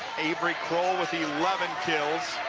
avery kroll with eleven kills.